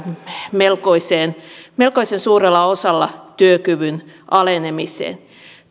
melkoisen melkoisen suurella osalla työkyvyn alenemiseen